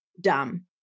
dumb